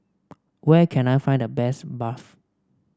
where can I find the best Barfi